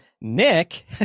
Nick